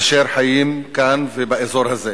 אשר חיים כאן ובאזור הזה,